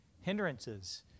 hindrances